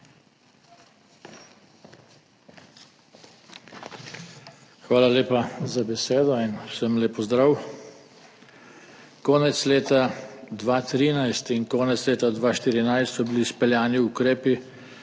Hvala lepa za besedo in vsem lep pozdrav! Konec leta 2013 in konec leta 2014 so bili izpeljani ukrepi,